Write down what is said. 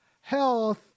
health